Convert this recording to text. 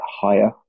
higher